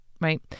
right